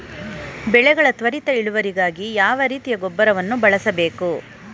ಬೆಳೆಗಳ ತ್ವರಿತ ಇಳುವರಿಗಾಗಿ ಯಾವ ರೀತಿಯ ಗೊಬ್ಬರವನ್ನು ಬಳಸಬೇಕು?